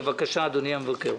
בבקשה אדוני המבקר.